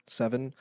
seven